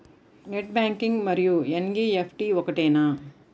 Net banking మరియు NEFT ఒకటేనా?